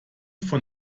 von